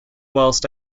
whilst